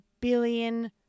billion